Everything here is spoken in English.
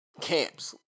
camps